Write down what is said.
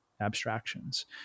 abstractions